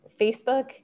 facebook